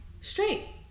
straight